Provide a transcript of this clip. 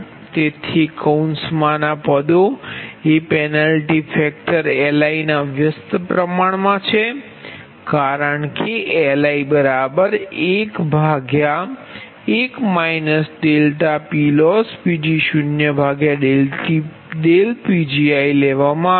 તેથી કૌંસમાં ના પદો એ પેન્લટી ફેક્ટર Liના વ્યસ્ત પ્ર્માણ મા છે કારણ કે Li11 PLossPgoPgi લેવામાં આવ્યુ છે